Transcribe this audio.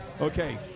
Okay